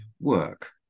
work